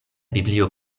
biblio